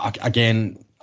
again